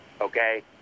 okay